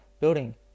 building